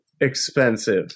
expensive